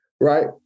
right